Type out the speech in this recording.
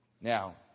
Now